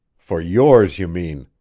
for yours, you mean!